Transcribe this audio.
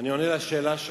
אני עונה על השאלה שלך.